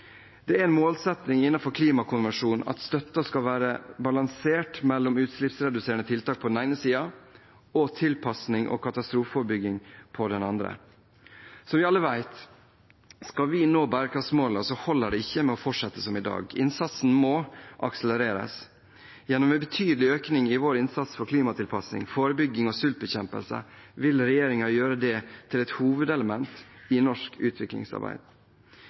Det er en målsetting innenfor klimakonvensjonen at støtten skal være balansert mellom utslippsreduserende tiltak på den ene siden og tilpasning og katastrofeforebygging på den andre siden. Som vi alle vet: Skal vi nå bærekraftsmålene, holder det ikke med å fortsette som i dag. Innsatsen må akselereres. Gjennom en betydelig økning i vår innsats for klimatilpasning, forebygging og sultbekjempelse vil regjeringen gjøre dette til et hovedelement i norsk utviklingsarbeid.